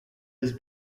was